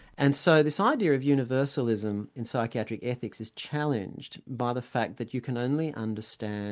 and so this idea of universalism in psychiatric ethics is challenged by the fact that you can only understand